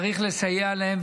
צריך לסייע להם,